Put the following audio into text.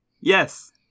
yes